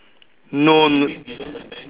no